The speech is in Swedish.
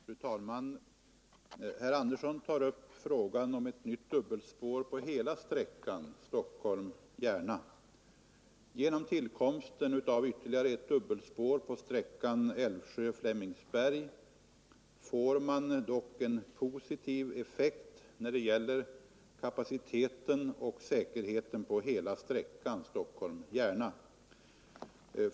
Fru talman! Herr Andersson i Södertälje tar upp frågan om ett nytt dubbelspår på hela sträckan Stockholm-Järna. Genom tillkomsten av ytterligare ett dubbelspår på sträckan Älvsjö-Flemingsberg får man dock en positiv effekt när det gäller kapaciteten och säkerheten på hela sträckan Stockholm-Järna.